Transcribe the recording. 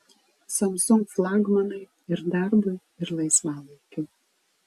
samsung flagmanai ir darbui ir laisvalaikiui